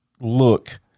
look